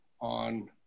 on